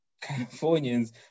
Californians